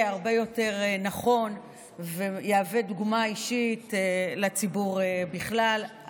הרבה יותר נכון ויהווה דוגמה אישית לציבור בכלל,